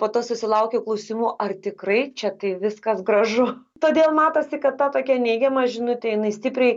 po to susilaukiau klausimų ar tikrai čia taip viskas gražu todėl matosi kad ta tokia neigiama žinutė jinai stipriai